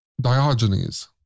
Diogenes